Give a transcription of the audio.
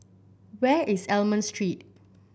where is Almond Street